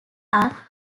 are